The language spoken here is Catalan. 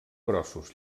grossos